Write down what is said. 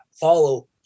follow